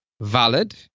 valid